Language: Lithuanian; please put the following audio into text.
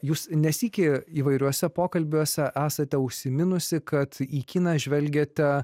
jūs ne sykį įvairiuose pokalbiuose esate užsiminusi kad į kiną žvelgiate